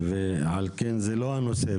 על כן זה לא הנושא.